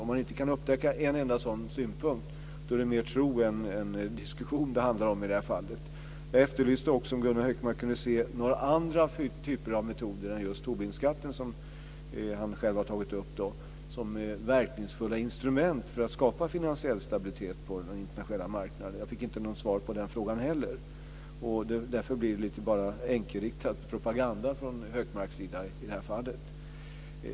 Om han inte kan upptäcka en enda sådan synpunkt är det mer tro än diskussion det handlar om i det här fallet. Jag efterlyste också om Gunnar Hökmark kunde se några andra typer av metoder än just Tobinskatten, som han själv har tagit upp, som verkningsfulla instrument för att skapa finansiell stabilitet på den internationella marknaden. Jag fick inget svar på den frågan heller. Därför blir det bara enkelriktad propaganda från Hökmarks sida i det här fallet.